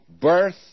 birth